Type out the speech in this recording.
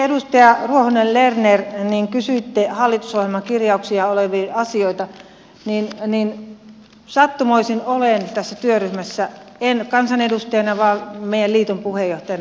edustaja ruohonen lerner kysyitte hallitusohjelman kirjauksissa olevista asioista ja sattumoisin olen mukana tässä työryhmässä en kansanedustajana vaan meidän liiton puheenjohtajana